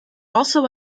also